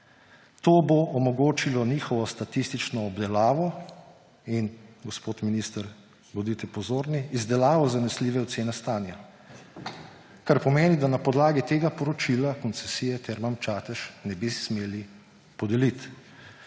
To bo omogočilo njihovo statistično obdelavo in,« gospod minister, bodite pozorni, »izdelavo zanesljive ocene stanja.« Kar pomeni, da na podlagi tega poročila koncesije Termam Čatež ne bi smeli podeliti.